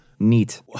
Neat